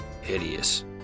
hideous